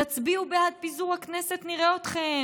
תצביעו בעד פיזור הכנסת, נראה אתכם.